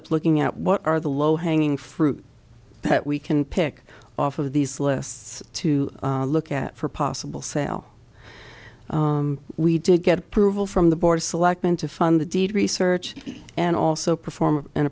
up looking at what are the low hanging fruit that we can pick off of these lists to look at for possible sale we did get approval from the board of selectmen to fund the deed research and also perform an